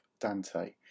Dante